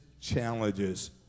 challenges